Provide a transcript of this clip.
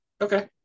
Okay